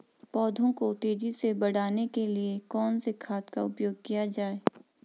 पौधों को तेजी से बढ़ाने के लिए कौन से खाद का उपयोग किया जाए?